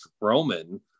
Roman